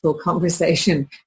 conversation